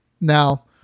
Now